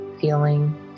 feeling